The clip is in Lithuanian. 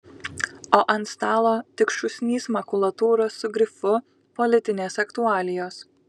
o ant stalo tik šūsnys makulatūros su grifu politinės aktualijos